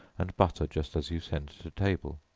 and butter just as you send to table.